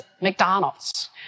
McDonald's